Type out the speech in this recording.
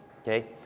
Okay